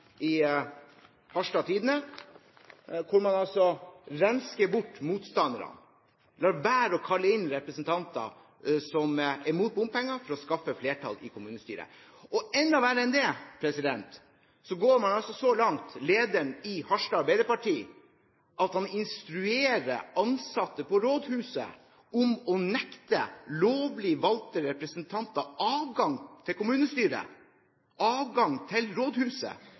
i Harstad Tidende hvordan man rensker bort motstandere, lar være å kalle inn representanter som er mot bompenger, for å skaffe flertall i kommunestyret. Enda verre enn det: Lederen i Harstad Arbeiderparti går så langt at han instruerer ansatte på rådhuset om å nekte lovlig valgte representanter adgang til kommunestyret og adgang til rådhuset,